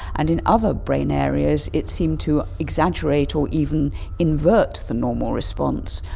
and in other brain areas it seemed to exaggerate or even invert the normal response,